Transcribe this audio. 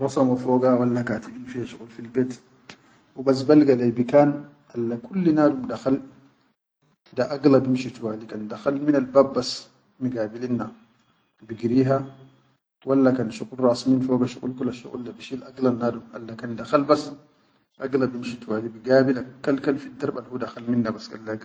rasamo foga walla katibin shuqul fil bet hubas balga le bikan alla kulli nadum da agila bimshi tu wali kan da khal minnal babbas migabilin na fiha bigiri ha walla kan shuqul ras min foga shuqul shuqul bi shil agilan nadum alla kan da khal bas agila bimshi tuwali biga bi lak kal-kal fi darab hu da khal minna.